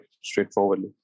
straightforwardly